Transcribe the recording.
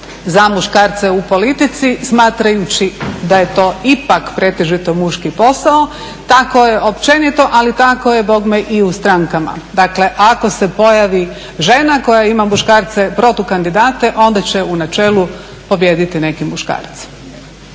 za muškarce u politici smatrajući da je to ipak pretežito muški posao. Tako je općenito ali tako je bogme i u strankama. Dakle ako se pojavi žena koja ima muškarce protukandidate onda će u načelu pobijediti neki muškarac.